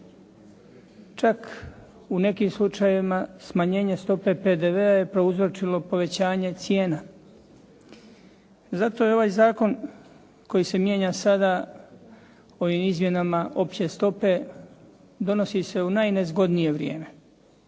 Čak u nekim slučajevima smanjenje stope PDV-a je prouzročilo povećanje cijena. Zato je ovaj zakon koji se mijenja sada ovim izmjenama opće stope donosi se u najnezgodnije vrijeme